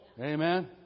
Amen